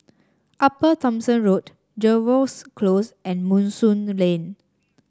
Upper Thomson Road Jervois Close and Moonstone Lane